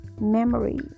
memory